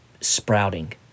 sprouting